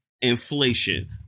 Inflation